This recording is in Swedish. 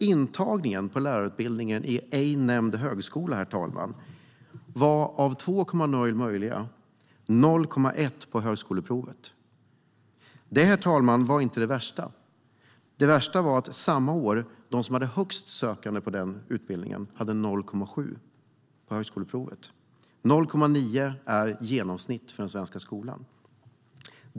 Intagningspoängen på lärarutbildningen på ej nämnd högskola var 0,1 poäng av 2,0 möjliga på högskoleprovet. Men det värsta var att samma år hade de sökande med högst poäng på denna utbildning 0,7 poäng. 0,9 är genomsnittet på högskoleprovet.